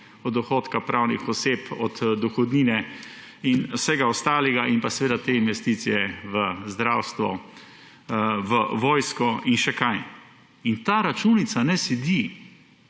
od dohodka pravnih oseb, od dohodnine in vsega ostalega ter te investicije v zdravstvo, v vojsko in še kaj. In ta računica ne sedi.